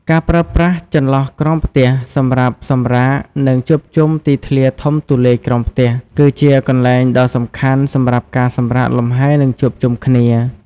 ការប្រើប្រាស់ចន្លោះក្រោមផ្ទះសម្រាប់សម្រាក និងជួបជុំទីធ្លាធំទូលាយក្រោមផ្ទះ គឺជាកន្លែងដ៏សំខាន់សម្រាប់ការសម្រាកលំហែ និងជួបជុំគ្នា ។